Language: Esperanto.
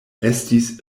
estis